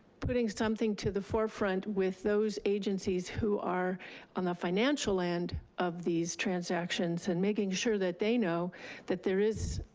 putting something to the forefront with those agencies who are on the financial end of these transactions, and making sure that they know that there is,